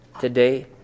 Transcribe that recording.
today